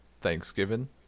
Thanksgiving